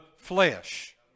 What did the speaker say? flesh